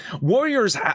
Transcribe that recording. Warriors